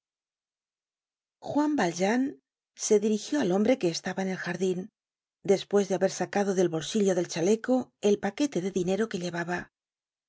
juan valjean se dirigió al hombre que estaba en el jardin despues de haber sacado del bolsillo del chaleco el paquete de dinero que llevaba